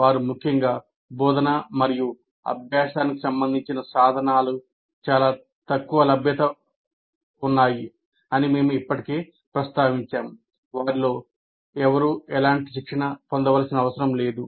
వారు ముఖ్యంగా బోధన మరియు అభ్యాసానికి సంబంధించిన సాధనాలు చాలా తక్కువ లభ్యత ఉన్నాయి అని మేము ఇప్పటికే ప్రస్తావించాము వారిలో ఎవరూ ఎలాంటి శిక్షణ పొందవలసిన అవసరం లేదు